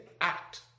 act